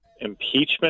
impeachment